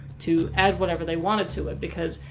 to add whatever they wanted to it. because,